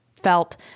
felt